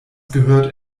gehört